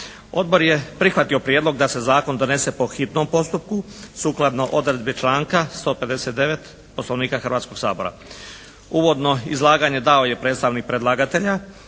Odbor je prihvatio prijedlog da se zakon donese po hitnom postupku sukladno odredbi članak 159. Poslovnika Hrvatskog sabora. Uvodno izlaganje dao je predstavnik predlagatelja